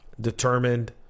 Determined